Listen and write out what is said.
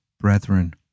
brethren